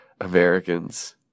Americans